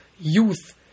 youth